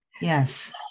Yes